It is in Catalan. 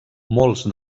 molts